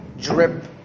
drip